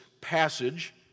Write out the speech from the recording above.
passage